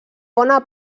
bona